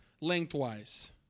lengthwise